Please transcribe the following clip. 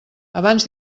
abans